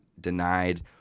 denied